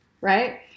right